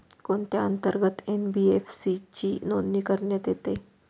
कोणत्या अंतर्गत एन.बी.एफ.सी ची नोंदणी करण्यात येते?